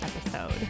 episode